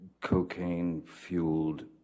cocaine-fueled